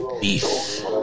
Beef